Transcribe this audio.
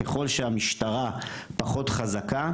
ככל שהמשטרה יותר חזקה,